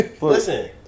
Listen